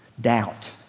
Doubt